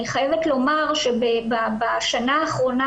אני חייבת לומר שבשנה האחרונה,